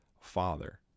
father